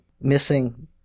missing